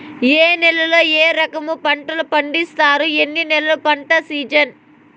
ఏ నేలల్లో ఏ రకము పంటలు పండిస్తారు, ఎన్ని నెలలు పంట సిజన్?